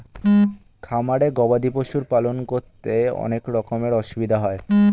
খামারে গবাদি পশুর পালন করতে অনেক রকমের অসুবিধা হয়